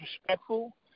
respectful